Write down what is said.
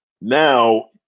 now